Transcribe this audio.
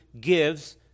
gives